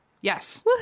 Yes